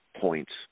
points